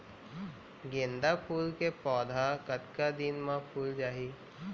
गेंदा फूल के पौधा कतका दिन मा फुल जाही?